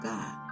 God